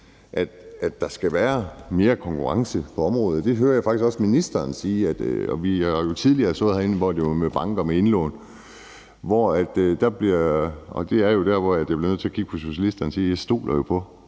at der skal være mere konkurrence på området. Det hører jeg faktisk også ministeren sige, og vi har jo tidligere stået herinde, hvor det handlede om banker og indlån. Og det er jo der, hvor jeg bliver nødt til at kigge på socialisterne og sige: Jeg stoler jo på